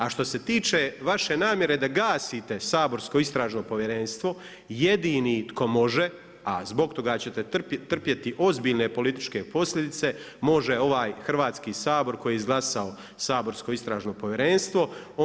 A što se tiče vaše namjere da gasite saborsko istražno povjerenstvo jedini tko može, a zbog toga ćete trpjeti ozbiljne političke posljedice može ovaj Hrvatski sabor koji je izglasao saborsko Istražno povjerenstvo.